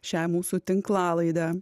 šią mūsų tinklalaidę